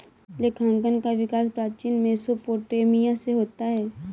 लेखांकन का विकास प्राचीन मेसोपोटामिया से होता है